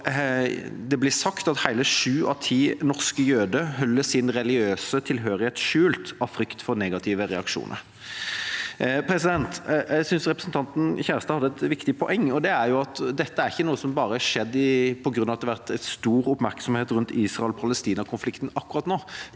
det blir sagt at hele sju av ti norske jøder holder sin religiøse tilhørighet skjult av frykt for negative reaksjoner. Jeg synes representanten Kjerstad hadde et viktig poeng, og det er at dette ikke er noe som har skjedd bare på grunn av at det har vært stor oppmerksomhet rundt Israel–Palestina-konflikten akkurat nå.